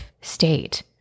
state